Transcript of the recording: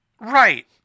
right